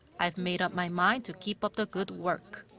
i've made up my mind to keep up the good work.